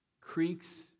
creeks